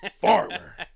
farmer